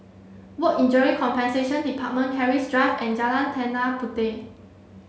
Work Injury Compensation Department Keris Drive and Jalan Tanah Puteh